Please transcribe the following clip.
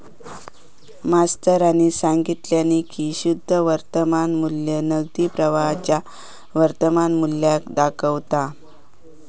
मास्तरानी सांगितल्यानी की शुद्ध वर्तमान मू्ल्य नगदी प्रवाहाच्या वर्तमान मुल्याक दाखवता